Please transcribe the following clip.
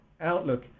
outlook